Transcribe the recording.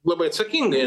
labai atsakingai